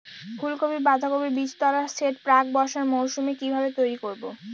ফুলকপি বাধাকপির বীজতলার সেট প্রাক বর্ষার মৌসুমে কিভাবে তৈরি করব?